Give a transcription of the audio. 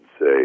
say